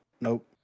Nope